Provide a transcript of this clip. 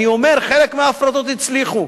אני אומר, חלק מההפרטות הצליחו,